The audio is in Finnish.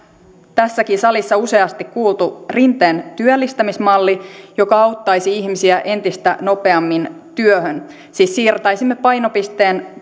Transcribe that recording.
tässäkin salissa useasti kuultu rinteen työllistämismalli joka auttaisi ihmisiä entistä nopeammin työhön siis siirtäisimme painopisteen